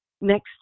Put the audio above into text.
next